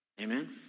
Amen